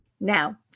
Now